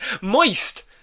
moist